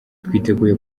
twiteguye